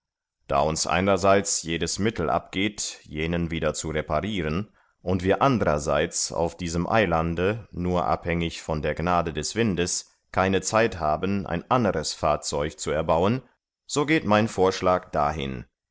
da uns einerseits jedes mittel abgeht jenen wieder zu repariren und wir andererseits auf diesem eilande nur abhängig von der gnade des windes keine zeit haben ein anderes fahrzeug zu erbauen so geht mein vorschlag dahin